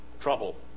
trouble